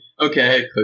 okay